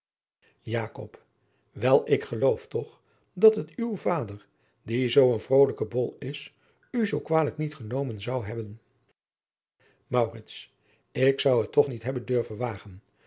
wel ik geloof toch dat het uw vader die zoo een vrolijke bol is u zoo kwalijk niet genomen zou hebben maurits ik zou het toch niet hebben durven wagen